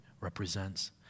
represents